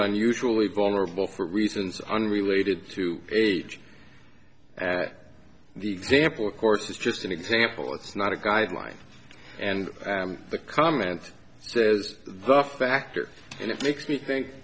unusually vulnerable for reasons unrelated to at the example of course is just an example it's not a guideline and the comment is the factor and it makes me think